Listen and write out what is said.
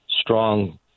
Strong